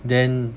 then